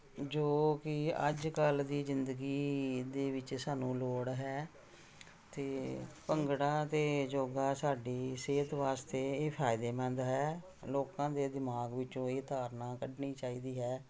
ਜੋ ਕਿ ਅੱਜ ਕੱਲ੍ਹ ਦੀ ਜ਼ਿੰਦਗੀ ਦੇ ਵਿੱਚ ਸਾਨੂੰ ਲੋੜ ਹੈ ਅਤੇ ਭੰਗੜਾ ਅਤੇ ਯੋਗਾ ਸਾਡੀ ਸਿਹਤ ਵਾਸਤੇ ਇਹ ਫਾਇਦੇਮੰਦ ਹੈ ਲੋਕਾਂ ਦੇ ਦਿਮਾਗ ਵਿੱਚੋਂ ਇਹ ਧਾਰਨਾ ਕੱਢਣੀ ਚਾਹੀਦੀ ਹੈ